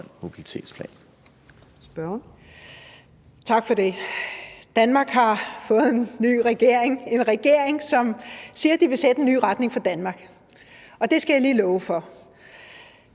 Heitmann (V): Tak for det. Danmark har fået en ny regering – en regering, som siger, at de vil sætte en ny retning for Danmark. Og det skal jeg lige love for.